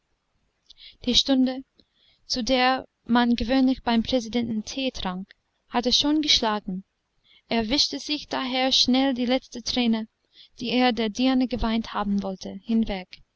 die stunde zu der man gewöhnlich beim präsidenten tee trank hatte schon geschlagen er wischte sich daher schnell die letzte träne die er der dirne geweint haben wollte hinweg